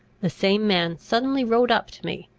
the same man suddenly rode up to me,